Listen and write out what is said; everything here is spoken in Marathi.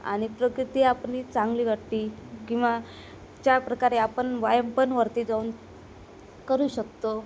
आणि प्रकृती आपली चांगली वाटते किंवा त्याप्रकारे आपण व्यायाम पण वरती जाऊन करू शकतो